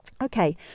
Okay